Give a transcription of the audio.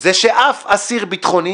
זה ששום אסיר ביטחוני